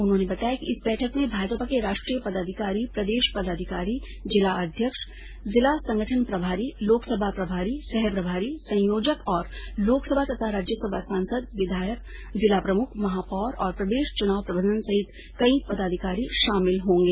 उन्होंने बताया कि इस बैठक में भाजपा के राष्ट्रीय पदाधिकारी प्रदेश पदाधिकारी जिलाध्यक्ष जिला संगठन प्रभारी लोकसभा प्रभारी सहप्रभारी संयोजक और लोकसभा तथा राज्यसभा सांसद विधायक जिला प्रमुख महापौर और प्रदेश चुनाव प्रबंधन सहित कई पदाधिकारी शामिल होंगे